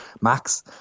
max